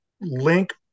link